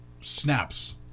snaps